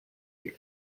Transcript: here